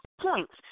points